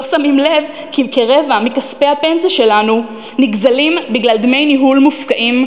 לא שמים לב כי כרבע מכספי הפנסיה שלנו נגזלים בגלל דמי ניהול מופקעים,